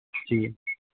جی